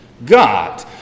God